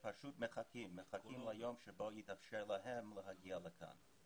הם פשוט מחכים ליום שבו יתאפשר להם להגיע לכאן.